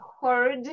heard